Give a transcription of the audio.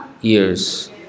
years